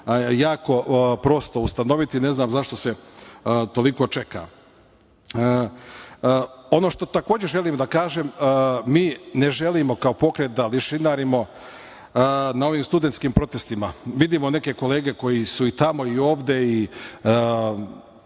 jako prosto ustanoviti, ne znam zašto se toliko čeka. Ono što takođe želim da kažem, mi ne želimo, kao pokret, da lešinarimo na ovim studentskim protestima. Vidimo neke kolege koje su i tamo i ovde,